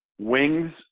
wings